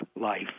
life